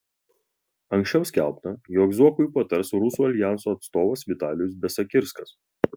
anksčiau skelbta jog zuokui patars rusų aljanso atstovas vitalijus besakirskas